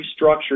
restructured